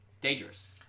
Dangerous